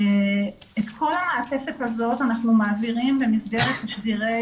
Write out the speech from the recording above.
את כל המעטפת הזאת אנחנו מעבירים במסגרת תשדירי